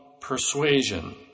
persuasion